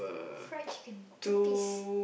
fried chicken two piece